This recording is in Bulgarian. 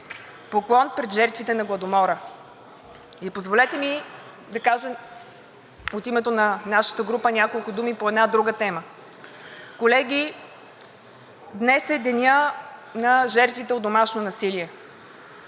Поклон пред жертвите на Гладомора! И позволете ми да кажа от името на нашата група няколко думи по една друга тема. Колеги, днес е Денят на жертвите от домашно насилие.